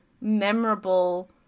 memorable